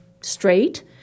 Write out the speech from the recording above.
straight